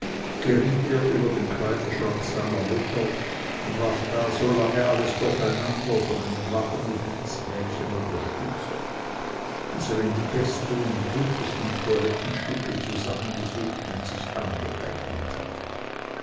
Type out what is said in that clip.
geriet er über den kleiderschrank seiner mutter und warf da so lange alles durcheinander von einem lachenden dienstmädchen unterstützt bis er die besten und buntesten toilettenstücke zusammengesucht und sich angeeignet hatte